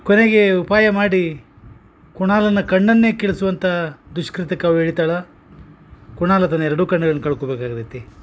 ಕೊನೆಗೆ ಉಪಾಯ ಮಾಡಿ ಕುಣಾಲನ ಕಣ್ಣನ್ನೆ ಕೀಳ್ಸುವಂತಹ ದುಷ್ಕ್ರತ್ಯಕ ಅವ್ಳ ಇಳಿತಾಳೆ ಕುಣಾಲ ತನ್ನ ಎರಡು ಕಣ್ಗಳನ್ನ ಕಳ್ಕೊಬೇಕು ಆಗ್ತೈತಿ